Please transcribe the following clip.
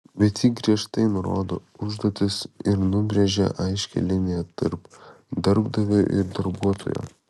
bet ji griežtai nurodo užduotis ir nubrėžia aiškią liniją tarp darbdavio ir darbuotojo